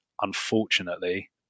unfortunately